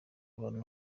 abantu